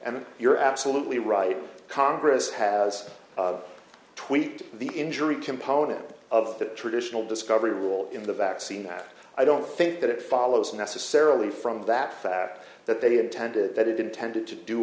and you're absolutely right congress has tweaked the injury component of the traditional discovery rule in the vaccine i don't think that it follows necessarily from that fact that they intended that it intended to do